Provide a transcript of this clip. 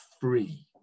free